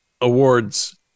Awards